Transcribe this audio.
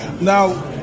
now